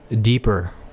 deeper